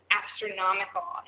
astronomical